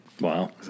Wow